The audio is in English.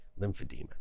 lymphedema